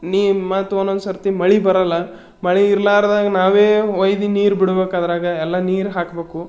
ನೀರು ಮತ್ತು ಒಂದೊಂದ್ಸರ್ತಿ ಮಳೆ ಬರಲ್ಲ ಮಳೆ ಇರ್ಲಾದಂಗೆ ನಾವೇ ಒಯ್ದು ನೀರು ಬಿಡ್ಬೇಕದರಾಗ ಎಲ್ಲ ನೀರು ಹಾಕಬೇಕು